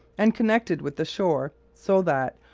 and connected with the shore so that,